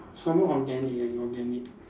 some more organic eh organic